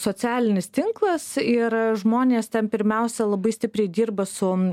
socialinis tinklas ir žmonės ten pirmiausia labai stipriai dirba su